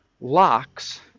locks